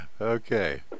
Okay